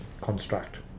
construct